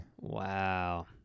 Wow